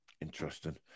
Interesting